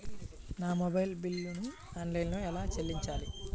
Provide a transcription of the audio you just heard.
నా మొబైల్ బిల్లును ఆన్లైన్లో ఎలా చెల్లించాలి?